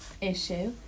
issue